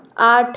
आठ